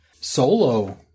solo